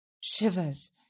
shivers